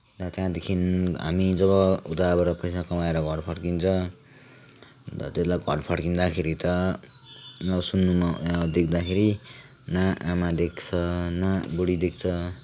र त्यहाँदेखि हामी जब उताबाट पैसा कमाएर घर फर्किन्छौँ अन्त त्यति बेला घर फर्किँदाखेरि त नसुन्नु नदेख्दाखेरि न आमा देख्छ न बुढी देख्छ